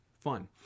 fun